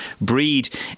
breed